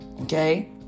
Okay